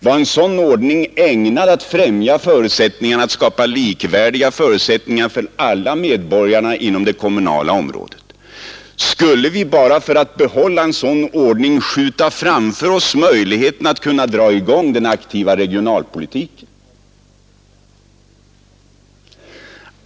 Var en sådan ordning ägnad att främja syftet att skapa likvärdiga förutsättningar för alla medborgare på den kommunala sektorn? Skulle vi bara för att behålla en sådan ordning fördröja möjligheten att dra i gång den aktiva regionalpolitiken?